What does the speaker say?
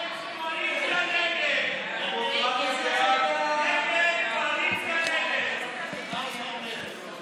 ההסתייגות (3) של קבוצת סיעת ישראל ביתנו וקבוצת סיעת יש